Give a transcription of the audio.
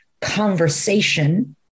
conversation